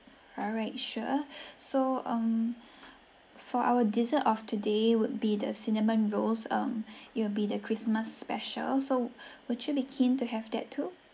alright sure so um for our dessert of the day would be the cinnamon rolls um it will be the christmas special so would you be keen to have that too